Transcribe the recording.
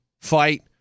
fight